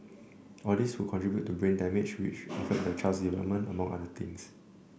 all these would contribute to brain damage which then affect the child's development among other things